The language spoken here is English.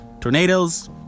tornadoes